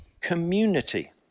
community